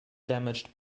damaged